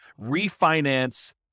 refinance